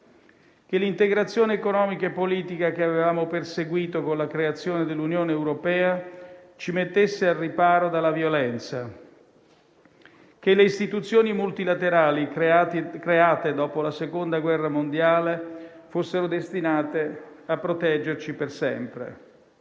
che l'integrazione economica e politica che avevamo perseguito con la creazione dell'Unione europea ci mettesse al riparo dalla violenza, che le istituzioni multilaterali create dopo la Seconda guerra mondiale fossero destinate a proteggerci per sempre;